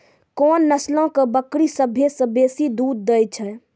कोन नस्लो के बकरी सभ्भे से बेसी दूध दै छै?